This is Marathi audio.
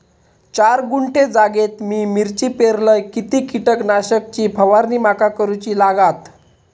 चार गुंठे जागेत मी मिरची पेरलय किती कीटक नाशक ची फवारणी माका करूची लागात?